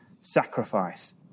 sacrifice